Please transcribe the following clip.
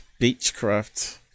Beechcraft